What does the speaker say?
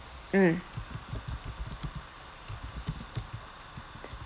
mm